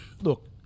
look